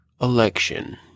election